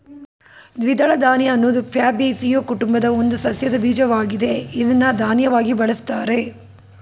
ದ್ವಿದಳ ಧಾನ್ಯ ಅನ್ನೋದು ಫ್ಯಾಬೇಸಿಯೊ ಕುಟುಂಬದ ಒಂದು ಸಸ್ಯದ ಬೀಜವಾಗಿದೆ ಇದ್ನ ಧಾನ್ಯವಾಗಿ ಬಳುಸ್ತಾರೆ